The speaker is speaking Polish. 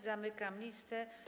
Zamykam listę.